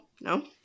no